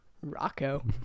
Rocco